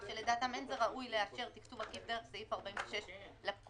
שלדעתם אין זה ראוי לאשר תקצוב עקיף דרך סעיף 46 לפקודה,